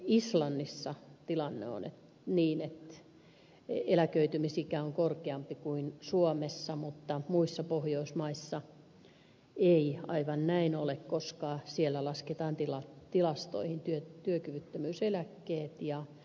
islannissa tilanne on niin että eläköitymisikä on korkeampi kuin suomessa mutta muissa pohjoismaissa ei aivan näin ole koska siellä lasketaan tilastoihin työkyvyttömyyseläkeläiset ja myös työttömyyseläkeläiset